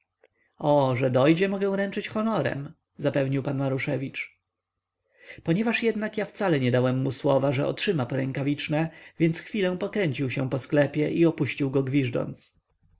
o że dojdzie mogę ręczyć honorem zapewnił pan maruszewicz ponieważ jednak ja wcale nie dałem mu słowa że otrzyma porękawiczne więc chwilę pokręcił się po sklepie i opuścił go gwiżdżąc